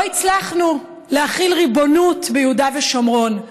לא הצלחנו להחיל ריבונות ביהודה ושומרון,